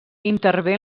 intervé